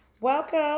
welcome